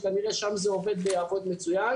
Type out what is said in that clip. שכנראה שם זה עובד ויעבוד מצוין.